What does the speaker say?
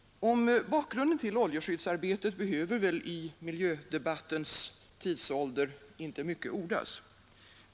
Om bakgrunden till oljeskyddsarbetet behöver väl i miljödebattens tidsålder inte mycket ordas.